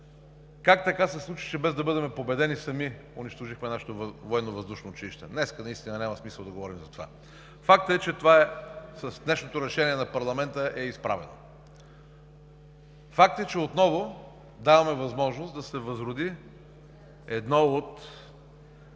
Как така се случи, че без да бъдем победени, сами унищожихме нашето Военновъздушно училище?! Днес наистина няма смисъл да говорим за това! Факт е, че това е изправено с днешното решение на парламента. Факт е, че отново даваме възможност да се възроди едно от